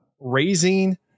raising